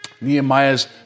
Nehemiah's